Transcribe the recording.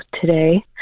today